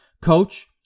coach